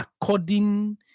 according